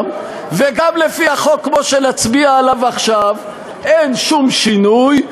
וגם לפי החוק כמו שנצביע עליו עכשיו אין שום שינוי,